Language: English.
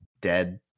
dead